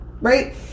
Right